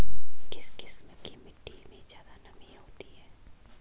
किस किस्म की मिटटी में ज़्यादा नमी होती है?